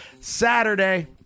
Saturday